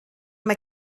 mae